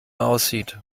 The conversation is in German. aussieht